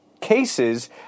cases